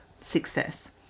success